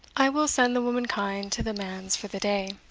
i will send the womankind to the manse for the day.